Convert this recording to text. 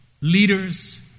Leaders